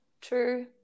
True